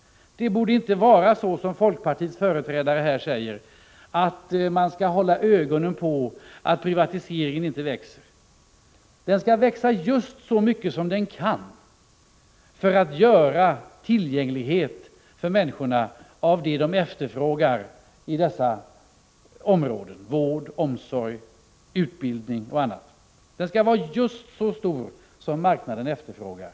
Det borde inte vara så som folkpartiets företrädare här säger, att man skall hålla ögonen på privatiseringen, så att den inte växer. Men den skall växa just så mycket som den kan för att skapa tillgänglighet när det gäller människors efterfrågan på vård, omsorg, utbildning och annat. Den skall vara just så stor som marknaden efterfrågar.